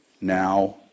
now